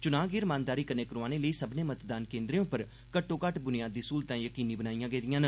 चुनां गी रमानदारी कन्नै करोआने लेई सब्भनें मतदान केन्द्रें पर घट्टोघट्ट ब्नियादी स्हलतां यकीनी बनाईआं गेदिआं न